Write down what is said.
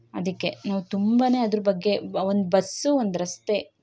ಅದಕ್ಕೆ ನಾವು ತುಂಬಾ ಅದ್ರ ಬಗ್ಗೆ ಒಂದು ಬಸ್ಸು ಒಂದು ರಸ್ತೆ